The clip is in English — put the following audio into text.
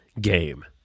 game